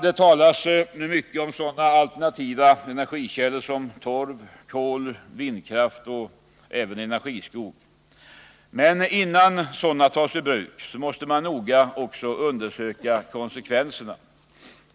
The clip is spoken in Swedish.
Det talas nu mycket om sådana alternativa energikällor som torv, kol, vindkraft och även energiskog. Men innan sådana tas i bruk måste man också noga undersöka konsekvenserna.